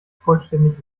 vollständig